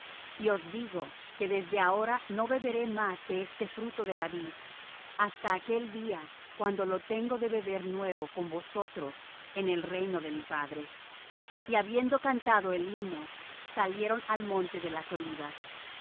os digo que desde ahora no beberé más de este fruto de la vid hasta aquel día cuando lo tengo de beber nuevo con vosotros en el reino de mi padre y habiendo cantado el himno salieron al monte de las olivas